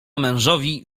mężowi